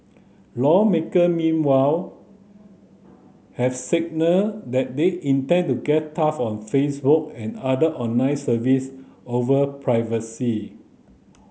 lawmaker meanwhile have signalled that they intend to get tough on Facebook and other online service over privacy